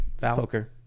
Poker